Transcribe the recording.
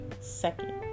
second